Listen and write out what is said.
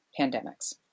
pandemics